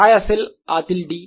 काय असेल आतील D